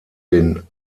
den